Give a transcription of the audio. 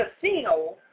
casino